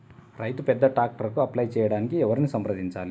రైతు పెద్ద ట్రాక్టర్కు అప్లై చేయడానికి ఎవరిని సంప్రదించాలి?